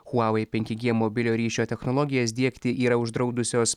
huawei penki g mobilio ryšio technologijas diegti yra uždraudusios